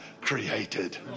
created